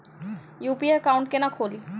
UPI account केना खोलि?